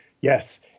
Yes